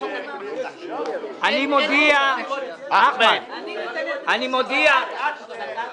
אני מודיע שאני הולך להצביע על ההעברה הזאת.